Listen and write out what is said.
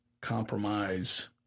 compromise